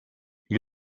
gli